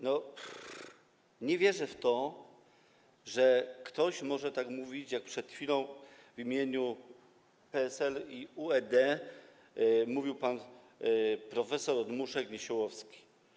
Nie wierzę w to, że ktoś może tak mówić, jak przed chwilą w imieniu PSL i UED mówił pan profesor od muszek Niesiołowski.